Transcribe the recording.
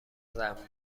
زنبور